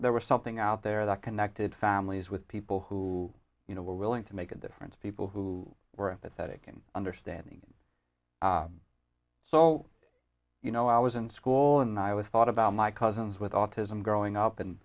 there was something out there that connected families with people who you know were willing to make a difference people who were authentic and understanding so you know i was in school and i was thought about my cousins with autism growing up and